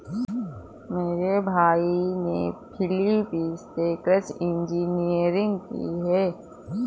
मेरे भाई ने फिलीपींस से कृषि इंजीनियरिंग की है